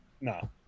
no